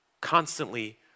constantly